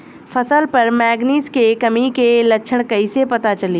फसल पर मैगनीज के कमी के लक्षण कईसे पता चली?